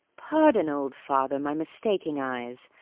pardon, old father, my mistaking eyes,